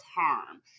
harm